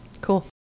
Cool